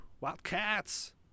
Wildcats